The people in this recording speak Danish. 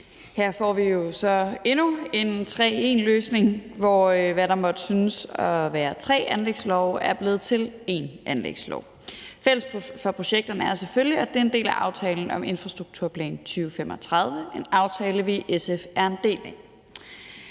Her får vi jo så endnu en tre-i-en-løsning, hvor det, der måtte synes at være tre anlægslove, er blevet til én anlægslov. Fælles for projekterne er selvfølgelig, at det er en del af aftalen om infrastrukturplan 2035 – en aftale, vi i SF er en del af.